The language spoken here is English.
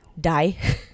die